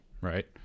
right